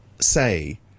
say